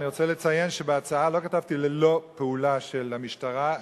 אני רוצה לציין שבהצעה לא כתבתי "ללא פעולה של המשטרה",